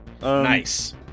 Nice